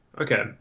Okay